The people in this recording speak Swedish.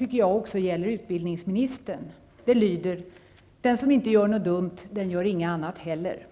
gäller också utbildningsministern. Det lyder: Den som inte gör något dumt, den gör inget annat heller.